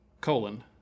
colon